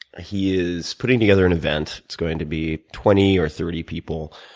he is putting together an event. it's going to be twenty or thirty people,